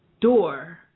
door